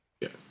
Yes